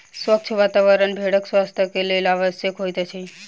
स्वच्छ वातावरण भेड़क स्वास्थ्यक लेल आवश्यक होइत अछि